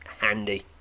handy